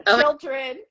children